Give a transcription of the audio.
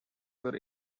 were